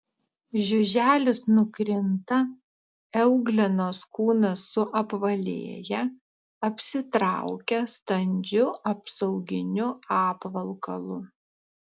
žiuželis nukrinta euglenos kūnas suapvalėja apsitraukia standžiu apsauginiu apvalkalu